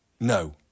No